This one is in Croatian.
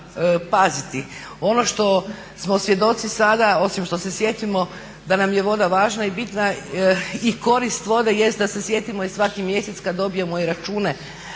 Ono što smo svjedoci sada osim što se sjetimo da nam je voda važna i bitna i korist vode jest da se sjetimo i svaki mjesec i kada dobijemo račune